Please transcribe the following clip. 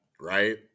right